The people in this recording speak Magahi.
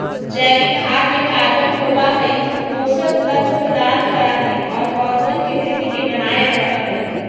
जैविक खाद में कार्बन होबा हई ऊ पोषक तत्व प्रदान करा हई और पौधवन के वृद्धि के बनाए रखा हई